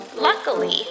Luckily